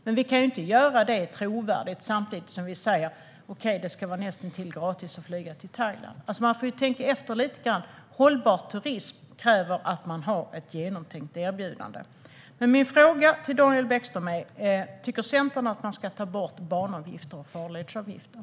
Men vi kan inte göra det på ett trovärdigt sätt samtidigt som vi säger att det ska vara näst intill gratis att flyga till Thailand. Man får tänka efter lite grann: Hållbar turism kräver att man har ett genomtänkt erbjudande. Men min fråga till Daniel Bäckström är: Tycker Centern att man ska ta bort banavgifter och farledsavgifter?